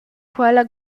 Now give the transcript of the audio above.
quella